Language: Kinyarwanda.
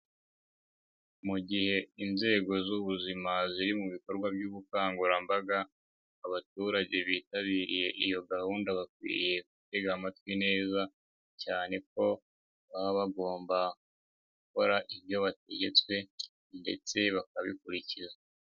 Mu gihe inzego z'ubuzima ziri mu bikorwa by'ubukangurambaga, abaturage bitabiriye iyo gahunda bakwiye gutega amatwi neza, cyane ko baba bagomba gukora ibyo bategetswe ndetse bakabikurikiza.